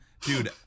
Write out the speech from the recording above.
dude